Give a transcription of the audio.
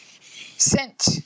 scent